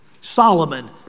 Solomon